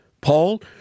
Paul